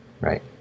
Right